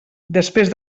després